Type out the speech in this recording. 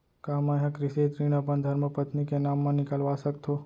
का मैं ह कृषि ऋण अपन धर्मपत्नी के नाम मा निकलवा सकथो?